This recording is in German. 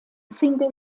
single